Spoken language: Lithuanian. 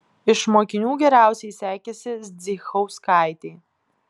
iš mokinių geriausiai sekėsi zdzichauskaitei